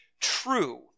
true